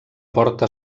porta